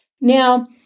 Now